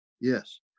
Yes